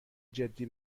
جدی